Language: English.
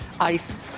ice